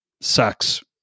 sucks